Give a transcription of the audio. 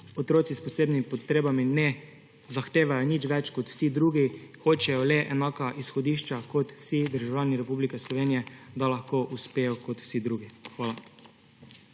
otroci s posebnimi potrebami ne zahtevajo nič več kot vsi drugi, hočejo le enaka izhodišča kot vsi državljani Republike Slovenije, da lahko uspejo kot vsi drugi. Hvala.